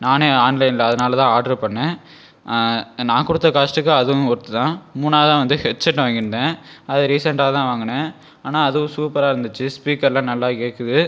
நானே ஆன்லைனில் அதனால தான் ஆர்டர் பண்ணினேன் நான் கொடுத்த காஸ்ட்டுக்கு அதுவும் ஒர்த் தான் மூணாவதாக வந்து ஹெட்செட் வாங்கியிருந்தேன் அதை ரீசென்ட்டாக தான் வாங்கினேன் ஆனால் அதுவும் சூப்பராக இருந்துச்சு ஸ்பீக்கர்லாம் நல்லா கேட்குது